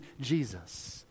Jesus